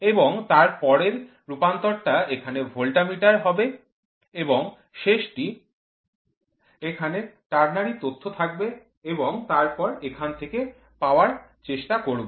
এবং তারপরে রূপান্তর টা এখানে ভোল্টমিটার এ হবে এবং শেষটি এখানে টার্নারি তথ্য থাকবে এবং তারপরে এখান থেকে পাওয়ার চেষ্টা করব